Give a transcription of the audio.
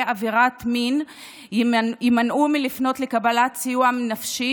עבירות מין יימנעו מלפנות לקבלת סיוע נפשי,